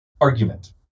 argument